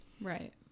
Right